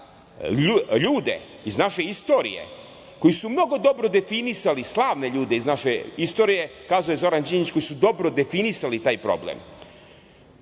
ljude iz naše istorije koji su mnogo dobro definisali, slavne ljude iz naše istorije, kaže Zoran Đinđić, koji su dobro definisali taj problem.